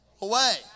away